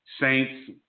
Saints